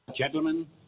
Gentlemen